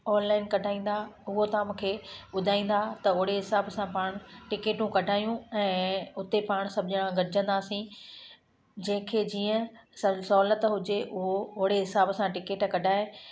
online कढाईंदा उहो तव्हां मूंखे ॿुधाईंदा त ओहिड़े हिसाब सां पाण टिकिटूं कढायूं ऐं उते पाण सभु ॼणा गॾजंदासीं जंहिंखे जीअं स सहुलियतु हुजे उहो ओहिड़े हिसाब सां टिकिट कढाए